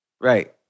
Right